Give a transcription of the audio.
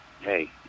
hey